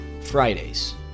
Fridays